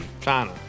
China